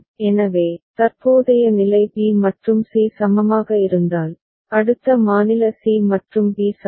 எனவே தற்போதைய நிலை b மற்றும் c சமமாக இருந்தால் அடுத்த மாநில c மற்றும் b சமம்